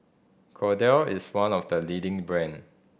Kordel is one of the leading brand